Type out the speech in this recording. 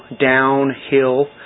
downhill